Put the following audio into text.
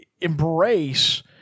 embrace